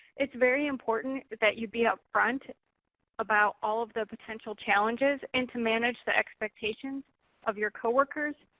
it's very important that you be up front about all of the potential challenges, and to manage the expectations of your coworkers,